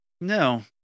no